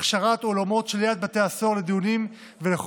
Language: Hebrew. הכשרת אולמות שליד בתי הסוהר לדיונים ולכל